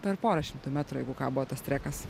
per porą šimtų metrų jeigu ką buvo tas trekas